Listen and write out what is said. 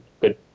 Good